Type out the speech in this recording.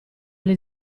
alle